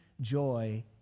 joy